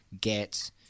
Get